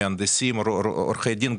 מהנדסים או עורכי דין.